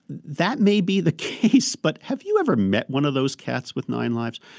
that may be the case, but have you ever met one of those cats with nine lives?